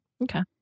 Okay